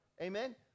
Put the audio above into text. Amen